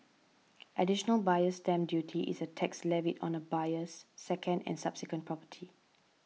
additional Buyer's Stamp Duty is a tax levied on a buyer's second and subsequent property